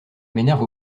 m’énerve